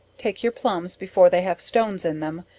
take your plumbs before they have stones in them,